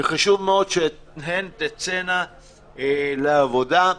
וחשוב מאוד שהן תצאנה לעבודה.